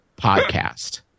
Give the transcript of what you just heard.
podcast